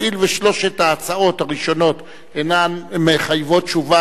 הואיל ושלוש ההצעות הראשונות אינן מחייבות תשובה